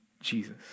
Jesus